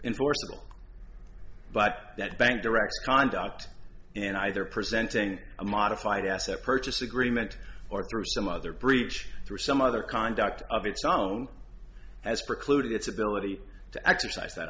enforceable but that bank directs conduct in either presenting a modified asset purchase agreement or through some other breach through some other conduct of its own as precluded its ability to exercise that